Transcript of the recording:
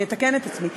אני אתקן את עצמי,